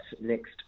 next